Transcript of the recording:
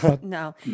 No